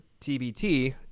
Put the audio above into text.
TBT